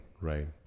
right